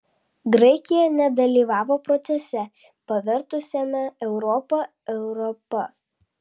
graikija nedalyvavo procese pavertusiame europą europa